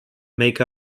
make